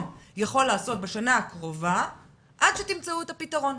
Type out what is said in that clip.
יכול לעשות בשנה הקרובה עד שתמצאו את הפתרון?